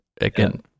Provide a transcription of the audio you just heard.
again